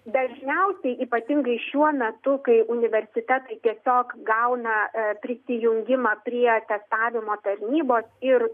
dažniausiai ypatingai šiuo metu kai universitetai tiesiog gauna prisijungimą prie testavimo tarnybos ir